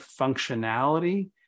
functionality